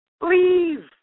Leave